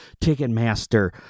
Ticketmaster